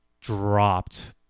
dropped